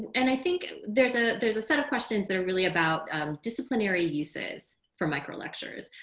and i think and there's a there's a set of questions that are really about disciplinary uses for micro lectures.